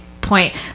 point